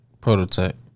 prototype